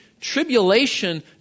tribulation